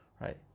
right